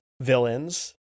villains